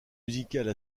musicales